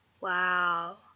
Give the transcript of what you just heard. Wow